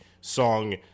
song